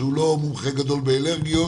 שהוא לא מומחה גדול באלרגיות,